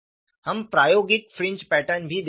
हम प्रायोगिक fringe pattern भी देखेंगे